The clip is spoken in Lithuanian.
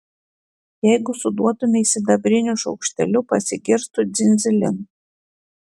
jeigu suduotumei sidabriniu šaukšteliu pasigirstų dzin dzilin